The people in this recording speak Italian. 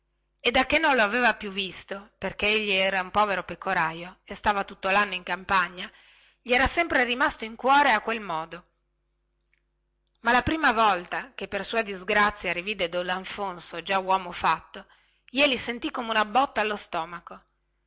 e dacchè non lo aveva più visto perchè egli era un povero pecoraio e stava tutto lanno in campagna gli era sempre rimasto in cuore a quel modo ma la prima volta che per sua disgrazia rivide don alfonso dopo tanti anni jeli si